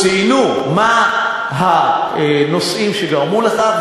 ציינו מה הנושאים שגרמו לכך,